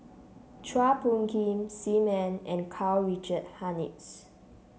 Chua Phung Kim Sim Ann and Karl Richard Hanitsch